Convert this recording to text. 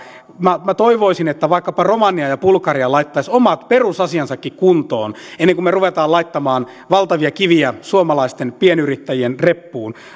minä minä toivoisin että vaikkapa romania ja bulgaria laittaisivat edes omat perusasiansa kuntoon ennen kuin me rupeamme laittamaan valtavia kiviä suomalaisten pienyrittäjien reppuun